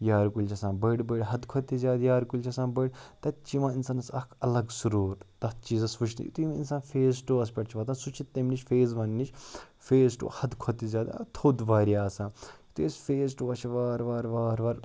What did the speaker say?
یارِ کُلۍ چھِ آسان بٔڑۍ بٔڑۍ حدٕ کھۄتہٕ تہِ زیادٕ یارِ کُلۍ چھِ آسان بٔڑۍ تَتہِ چھِ یِوان اِنسانَس اَکھ اَلگ سُروٗر تَتھ چیٖزَس وٕچھتھٕے یُتھُے وۄنۍ اِنسان فیز ٹوٗوَس پٮ۪ٹھ چھِ واتان سُہ چھِ تَمی نِش فیز وَن نِش فیز ٹوٗ حدٕ کھۄتہٕ تہِ زیادٕ تھوٚد واریاہ آسان یُتھُے أسۍ فیز ٹوٗوَس چھِ وارٕ وارٕ وارٕ وارٕ